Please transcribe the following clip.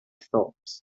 thoughts